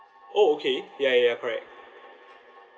oh okay ya ya correct